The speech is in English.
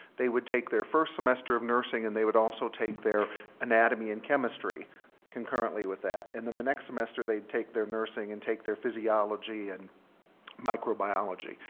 they would take their first semester of nursing and they would also take their anatomy and chemistry concurrently with that, and then the next semester they take their nursing and take their physiology and microbiology.